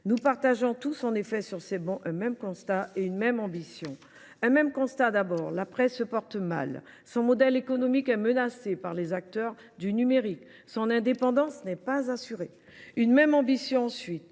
Nous faisons tous, en effet, sur ces travées, le même constat et nous avons une même ambition. Le même constat d’abord : la presse se porte mal, son modèle économique est menacé par les acteurs du numérique et son indépendance n’est pas assurée. Une même ambition ensuite